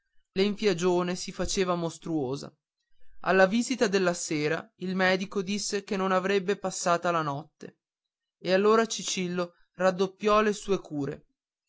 inarticolate l'enfiagione si faceva mostruosa alla visita della sera il medico disse che non avrebbe passata la notte e allora cicillo raddoppiò le sue cure